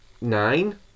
nine